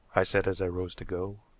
i said as i rose to go.